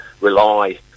rely